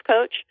coach